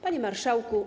Panie Marszałku!